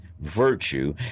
virtue